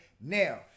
Now